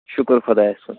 شُکُر خُدایَس کُن